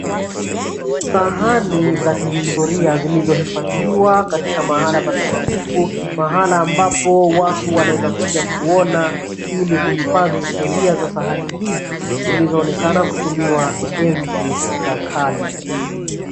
Sahani za kihistoria zilizohifadhiwa katika mahala patakatifu, mahala ambapo watu wanaweza kuja kuona ili kuhifadhi historia za sahani hizi, zilizoonekana kutumiwa enzi za kale.